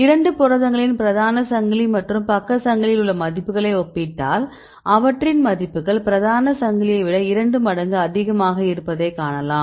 இரண்டு புரதங்களின் பிரதான சங்கிலி மற்றும் பக்க சங்கிலியில் உள்ள மதிப்புகளை ஒப்பிட்டால் அவற்றின் மதிப்புகள் பிரதான சங்கிலியைவிட இரண்டு மடங்கு அதிகமாக இருப்பதை காணலாம்